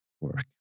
work